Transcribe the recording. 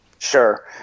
Sure